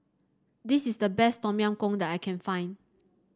this is the best Tom Yam Goong that I can find